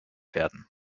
werden